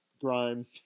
grime